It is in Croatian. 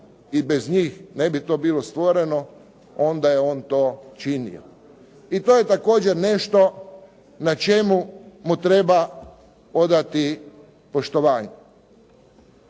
i bez njih ne bi to bilo stvoreno, onda je on to činio. I to je također nešto na čemu mu treba odati poštovanje.